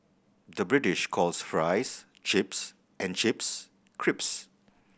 the British calls fries chips and chips crisps